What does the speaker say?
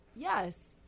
Yes